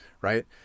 Right